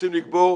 רוצים לקבור.